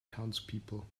townspeople